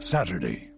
Saturday